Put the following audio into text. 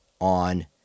on